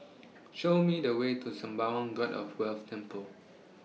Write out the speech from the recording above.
Show Me The Way to Sembawang God of Wealth Temple